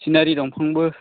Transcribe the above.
सिनारि दंफांबो